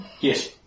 Yes